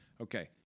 Okay